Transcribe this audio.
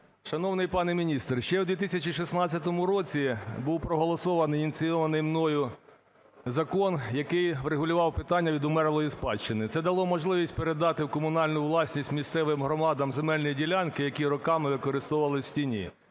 Шановний пане міністре, ще у 2016 році був проголосований і ініційований мною закон, який врегулював питання відумерлої спадщини. Це дало можливість передати в комунальну власність місцевим громадам земельні ділянки, які роками використовувались в тіні,